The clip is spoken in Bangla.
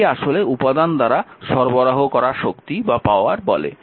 এটিকে আসলে উপাদান দ্বারা সরবরাহ করা শক্তি বলে